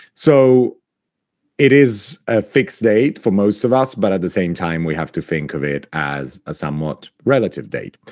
so it is a fixed date for most of us, but at the same time, we have to think of it as a somewhat relative date.